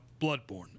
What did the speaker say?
Bloodborne